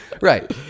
Right